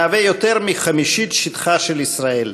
הוא יותר מחמישית שטחה של ישראל,